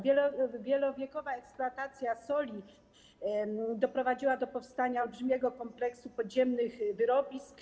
Wielowiekowa eksploatacja soli doprowadziła do powstania olbrzymiego kompleksu podziemnych wyrobisk.